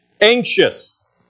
anxious